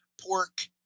pork